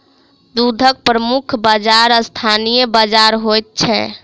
दूधक प्रमुख बाजार स्थानीय बाजार होइत छै